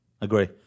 agree